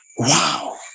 Wow